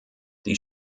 die